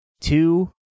two